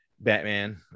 batman